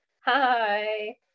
Hi